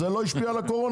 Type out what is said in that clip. זה לא השפיע על הקורונה?